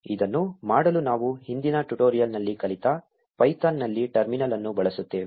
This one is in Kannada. ಇದನ್ನು ಮಾಡಲು ನಾವು ಹಿಂದಿನ ಟ್ಯುಟೋರಿಯಲ್ ನಲ್ಲಿ ಕಲಿತ ಪೈಥಾನ್ ನಲ್ಲಿ ಟರ್ಮಿನಲ್ ಅನ್ನು ಬಳಸುತ್ತೇವೆ